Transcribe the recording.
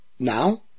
Now